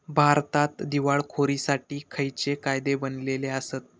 भारतात दिवाळखोरीसाठी खयचे कायदे बनलले आसत?